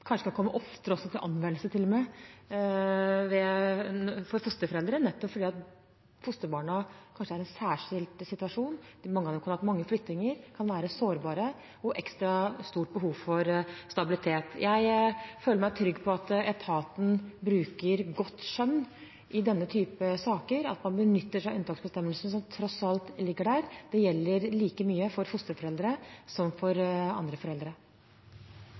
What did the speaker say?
kan komme oftere til anvendelse for fosterforeldre, nettopp fordi fosterbarna kanskje er i en særskilt situasjon. Mange av dem kan ha hatt mange flyttinger, kan være sårbare og ha ekstra stort behov for stabilitet. Jeg føler meg trygg på at etaten bruker godt skjønn i denne type saker, at man benytter seg av unntaksbestemmelsen som tross alt ligger der. Det gjelder like mye for fosterforeldre som for andre foreldre.